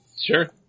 Sure